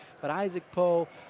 but isaac poe,